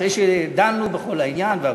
אחרי שדנו בכל העניין והכול,